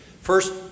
First